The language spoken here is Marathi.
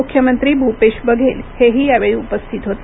मुख्यमंत्री भूपेश बघेल हेही यावेळी उपस्थित होते